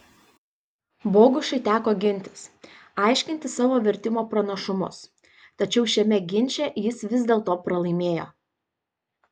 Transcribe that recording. bogušui teko gintis aiškinti savo vertimo pranašumus tačiau šiame ginče jis vis dėlto pralaimėjo